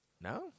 No